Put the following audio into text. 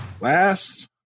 Last